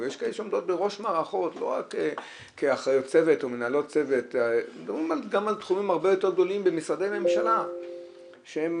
שעוד מעט ידבר, מנסים לקדם את האנשים.